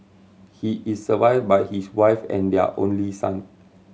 he is survived by his wife and their only son